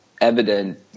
evident